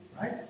right